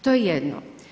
To je jedno.